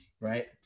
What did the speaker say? Right